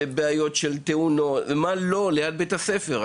בעיות של תאונות ומה לא, כל זה ליד שטח בית הספר.